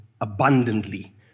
abundantly